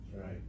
Right